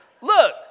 Look